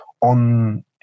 on